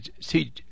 see